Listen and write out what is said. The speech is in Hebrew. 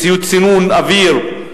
ציוד צינון אוויר,